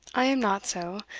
i am not so,